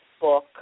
book